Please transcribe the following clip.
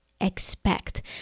expect